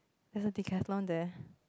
there's a Decathlon there